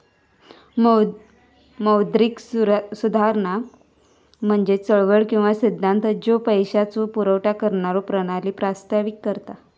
मौद्रिक सुधारणा म्हणजे चळवळ किंवा सिद्धांत ज्यो पैशाचो पुरवठा करणारो प्रणाली प्रस्तावित करता